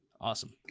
Awesome